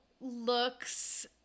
looks